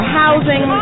housing